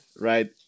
right